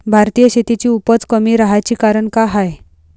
भारतीय शेतीची उपज कमी राहाची कारन का हाय?